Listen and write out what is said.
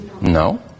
No